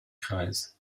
kreis